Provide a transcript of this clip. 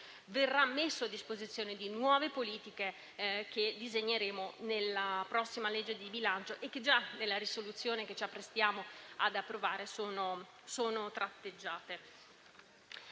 verrà messo a disposizione di nuove politiche che disegneremo nella prossima legge di bilancio e che già nella risoluzione che ci apprestiamo ad approvare sono tratteggiate.